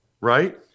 right